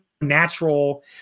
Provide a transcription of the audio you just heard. natural